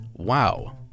wow